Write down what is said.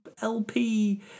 LP